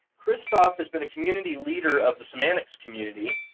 krzysztof has been a community leader of the semantics community,